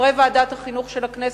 חברי ועדת החינוך של הכנסת,